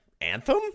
anthem